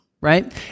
Right